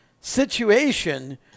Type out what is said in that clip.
situation